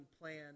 plan